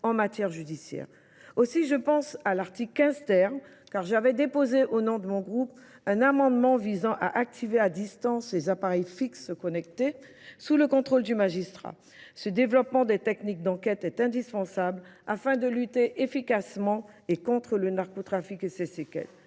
en matière judiciaire. Aussi, je pense à l'article 15-terre, car j'avais déposé au nom de mon groupe un amendement visant à activer à distance les appareils fixes connectés sous le contrôle du magistrat. Ce développement des techniques d'enquête est indispensable afin de lutter efficacement et contre le narcotrafique